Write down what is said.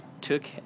took